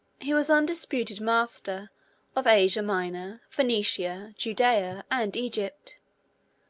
he was undisputed master of asia minor, phoenicia, judea, and egypt.